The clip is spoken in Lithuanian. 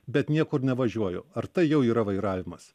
bet niekur nevažiuoju ar tai jau yra vairavimas